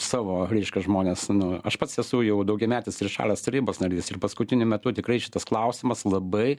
savo reiškia žmones nu aš pats esu jau daugiametis trišalės tarybos narys ir paskutiniu metu tikrai šitas klausimas labai